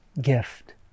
gift